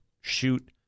shoot